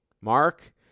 Mark